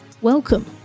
Welcome